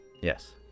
Yes